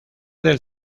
del